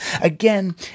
again